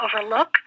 overlook